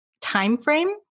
timeframe